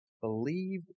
believe